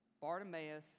Bartimaeus